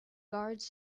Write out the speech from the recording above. guards